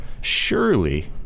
Surely